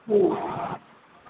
হুম